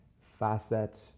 facet